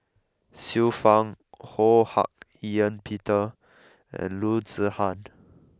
Xiu Fang Ho Hak Ean Peter and Loo Zihan